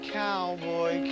cowboy